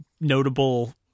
notable